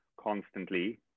constantly